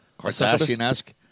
Kardashian-esque